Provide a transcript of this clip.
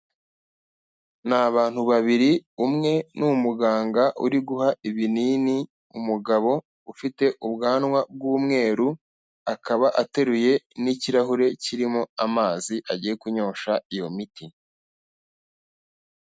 Ni abantu babiri, umwe ni umuganga uri guha ibinini umugabo ufite ubwanwa bw'umweru, akaba ateruye n'ikirahure kirimo amazi agiye kunywesha iyo miti.